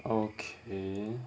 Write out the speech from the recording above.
okay